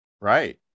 Right